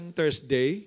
Thursday